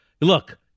look-